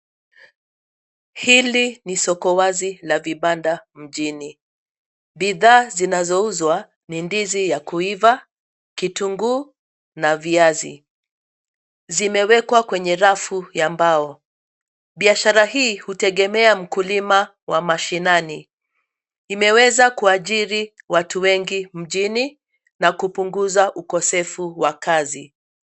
Hili ni soko wazi la vibanda mjini bidhaa zinazo uzwa ni ndizi ya kuiva, kitunguu na viazi, zimewekwa kwenye rafu ya mbao. Biashara hii hutegemea mkulima wa mashinani imeweza kuajiri watu wengi mjini na kupunguza ukosefu wa kazi.